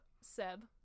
Seb